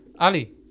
Ali